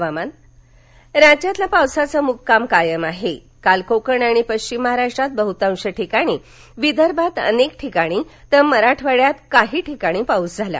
हवामान पाऊस कोल्हापर सातारा राज्यातला पावसाचा मुक्काम कायम आहे काल कोकण आणि पश्चिम महाराष्ट्रात बहुतांश ठिकाणी विदर्भात अनेक तर मराठवाड्यात काही ठिकाणी पाऊस झाला